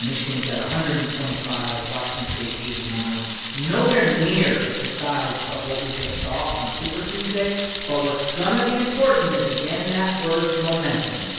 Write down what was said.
michigan's got one hundred and twenty five, washington state eighty nine nowhere near the size of what we just saw on super tuesday but what's going to be important is, again, that word momentum.